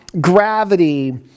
gravity